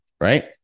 right